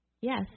Yes